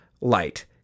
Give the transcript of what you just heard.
light